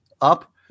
up